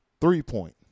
three-point